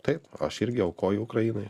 taip aš irgi aukoju ukrainai